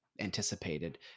anticipated